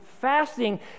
fasting